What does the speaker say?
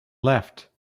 left